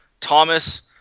Thomas